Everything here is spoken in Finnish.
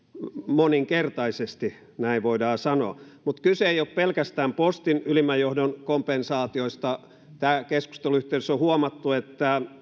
moninkertaisesti näin voidaan sanoa mutta kyse ei ole pelkästään postin ylimmän johdon kompensaatioista tämän keskustelun yhteydessä on huomattu että